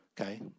Okay